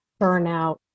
burnout